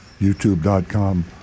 youtube.com